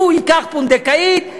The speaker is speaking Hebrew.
הוא ייקח פונדקאית,